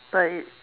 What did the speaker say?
but it's